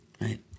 Right